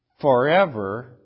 forever